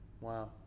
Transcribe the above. wow